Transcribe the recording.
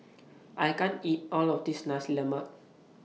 I can't eat All of This Nasi Lemak